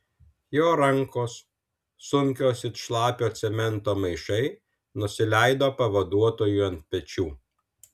jo rankos sunkios it šlapio cemento maišai nusileido pavaduotojui ant pečių